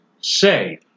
say